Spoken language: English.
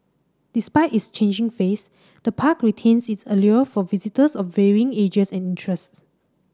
despite its changing face the park retains its allure for visitors of varying ages and interests